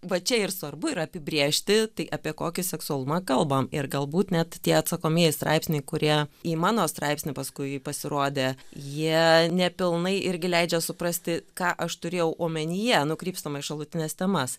va čia ir svarbu yra apibrėžti tai apie kokį seksualumą kalbam ir galbūt net tie atsakomieji straipsniai kurie į mano straipsnį paskui pasirodė jie nepilnai irgi leidžia suprasti ką aš turėjau omenyje nukrypstama į šalutines temas